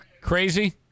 crazy